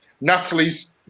natalie's